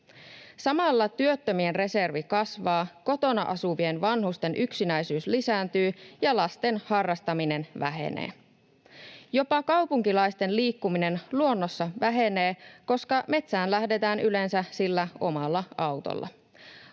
Samalla työttömien reservi kasvaa, kotona asuvien vanhusten yksinäisyys lisääntyy ja lasten harrastaminen vähenee. Jopa kaupunkilaisten liikkuminen luonnossa vähenee, koska metsään lähdetään yleensä sillä omalla autolla.